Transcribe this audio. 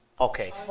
Okay